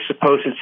supposed